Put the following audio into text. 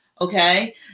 okay